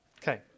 Okay